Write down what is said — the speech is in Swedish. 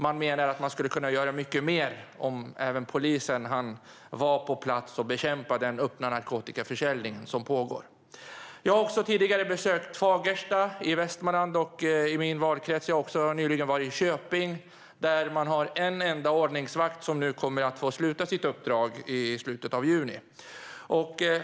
Man menar att man skulle kunna göra mycket mer om även polisen hann vara på plats och bekämpa den öppna narkotikaförsäljning som pågår. Jag har tidigare besökt Fagersta i Västmanland, i min valkrets. Jag har också nyligen varit i Köping, där man har en enda ordningsvakt som kommer att få sluta sitt uppdrag i slutet av juni.